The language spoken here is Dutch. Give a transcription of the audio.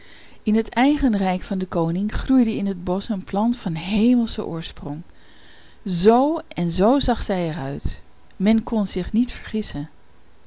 in het eigen rijk van den koning groeide in het bosch een plant van hemelschen oorsprong zoo en zoo zag zij er uit men kon zich niet vergissen